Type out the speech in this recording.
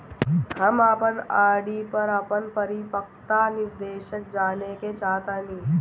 हम अपन आर.डी पर अपन परिपक्वता निर्देश जानेके चाहतानी